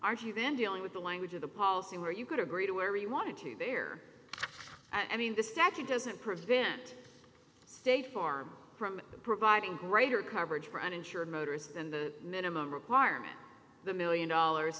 you then dealing with the language of the policy where you could agree to where we wanted to there i mean the statute doesn't prevent state far from providing greater coverage for uninsured motorists and the minimum requirement the million dollars